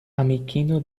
amikino